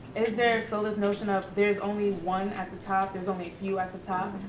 is there still this notion of there's only one at the top, there's only few at the top?